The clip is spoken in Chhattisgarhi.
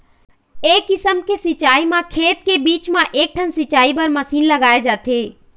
ए किसम के सिंचई म खेत के बीच म एकठन सिंचई बर मसीन लगाए जाथे